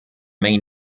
may